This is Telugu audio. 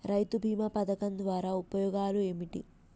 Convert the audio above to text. రైతు బీమా పథకం ద్వారా ఉపయోగాలు ఏమిటి?